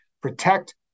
protect